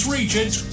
Regent